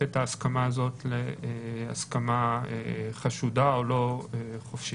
את ההסכמה הזאת להסכמה חשודה או לא חופשית.